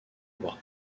avoir